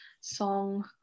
song